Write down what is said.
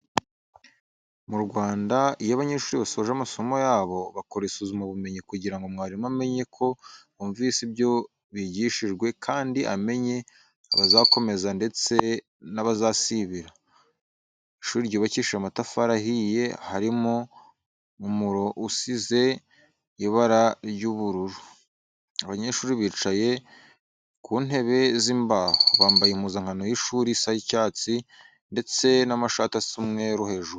Mu Rwanda iyo abanyeshuri bashoje amasomo yabo bakora isuzuma bumenyi kugira ngo mwarimu amenye ko bumvise ibyo bigishijwe kandi amenye abazakomeza ndetse n'abazasibira. Ishuri ryubakishije amatafari ahiye, harimo umuro usize ibara ry'ubururu. Abanyeshuri bicaye ku ntebe z'imbaho, bambaye impuzankano y'sihuri isa kacyi hasi, ndetse n'amashati asa umweru hejuru.